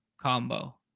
combo